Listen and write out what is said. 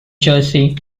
jersey